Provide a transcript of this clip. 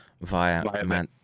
via